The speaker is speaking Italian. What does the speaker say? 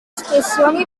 espressioni